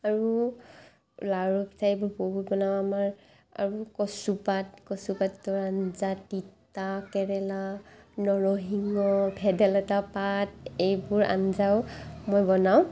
আৰু লাৰু পিঠা এইবোৰ বহুত বনাওঁ আমাৰ আৰু কচুপাত কচুপাতৰ আঞ্জা তিতাকেৰেলা নৰসিংহ ভেদাইলতা পাত এইবোৰ আঞ্জাও মই বনাওঁ